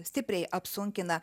stipriai apsunkina